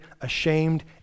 ashamed